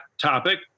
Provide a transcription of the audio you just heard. topic